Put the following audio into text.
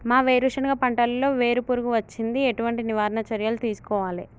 మా వేరుశెనగ పంటలలో వేరు పురుగు వచ్చింది? ఎటువంటి నివారణ చర్యలు తీసుకోవాలే?